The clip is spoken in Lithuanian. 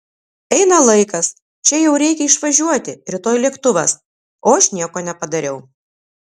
eina laikas čia jau reikia išvažiuoti rytoj lėktuvas o aš nieko nepadariau